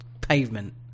pavement